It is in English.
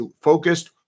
focused